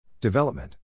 Development